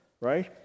right